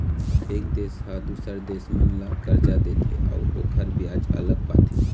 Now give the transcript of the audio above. ए देश ह दूसर देश मन ल करजा देथे अउ ओखर बियाज अलग पाथे